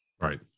Right